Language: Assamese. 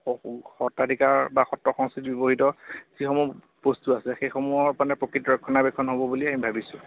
সত্ৰাধিকাৰ বা সত্ৰ সংস্কৃতি ব্যৱহৃত যিসমূহ বস্তু আছে সেইসমূহৰ মানে প্ৰকৃতি ৰক্ষণাবেক্ষণ হ'ব বুলি আমি ভাবিছোঁ